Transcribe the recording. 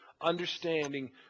understanding